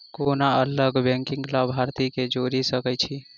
कोना अलग बैंकक लाभार्थी केँ जोड़ी सकैत छी?